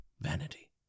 vanity